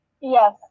Yes